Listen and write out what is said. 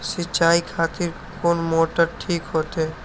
सीचाई खातिर कोन मोटर ठीक होते?